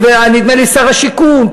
ונדמה לי שר השיכון,